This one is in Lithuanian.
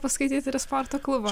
paskaityti ir į sporto klubą